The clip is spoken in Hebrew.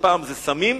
שפעם זה סמים,